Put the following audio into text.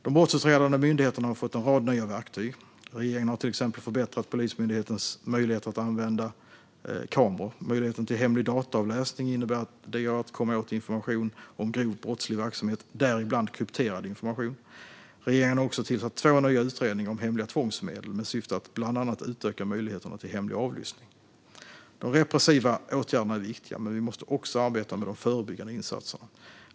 De brottsutredande myndigheterna har fått en rad nya verktyg. Regeringen har till exempel förbättrat Polismyndighetens möjligheter att använda kameror. Möjligheten till hemlig dataavläsning innebär att det går att komma åt information om grov brottslig verksamhet, däribland krypterad information. Regeringen har också tillsatt två utredningar om hemliga tvångsmedel med syfte att bland annat utöka möjligheterna till hemlig avlyssning. De repressiva åtgärderna är viktiga, men vi måste också arbeta med de förebyggande insatserna.